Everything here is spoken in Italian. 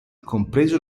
compreso